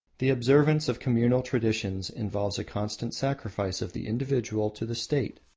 the observance of communal traditions involves a constant sacrifice of the individual to the state.